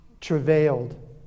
travailed